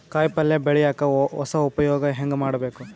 ಕಾಯಿ ಪಲ್ಯ ಬೆಳಿಯಕ ಹೊಸ ಉಪಯೊಗ ಹೆಂಗ ಮಾಡಬೇಕು?